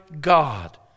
God